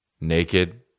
naked